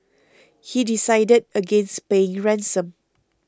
he decided against paying ransom